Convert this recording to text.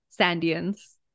Sandians